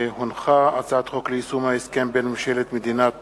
הצעת חוק ליישום ההסכם בין ממשלת מדינת